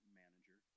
manager